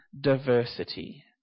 diversity